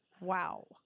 Wow